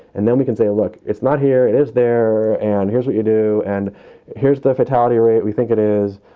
and then we can say, look, it's not here. it is there. and here's what you do. and here's the fatality rate. we think it is.